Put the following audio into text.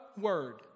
word